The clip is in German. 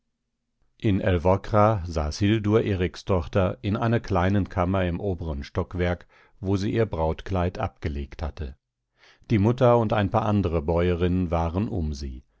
in älvkra saß hildur erikstochter in einer kleinen kammer im oberen stockwerk wo sie ihr brautkleid abgelegt hatte die mutter und ein paar andre bäuerinnen waren um sie